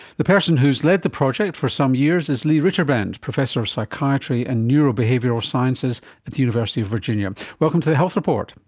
the person who has led the project for some years is lee ritterband, professor of psychiatry and neurobehavioural sciences at the university of virginia. welcome to the health report.